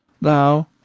thou